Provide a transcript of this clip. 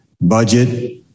budget